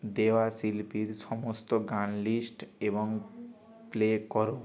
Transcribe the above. দেওয়া শিল্পীর সমস্ত গান লিস্ট এবং প্লে করো